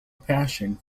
passion